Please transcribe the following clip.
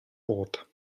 pot